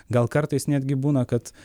gal kartais netgi būna kad